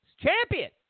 Champion